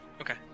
Okay